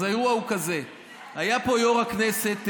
אז האירוע הוא כזה: היה פה יו"ר הכנסת,